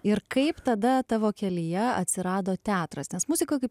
ir kaip tada tavo kelyje atsirado teatras nes muzika kaip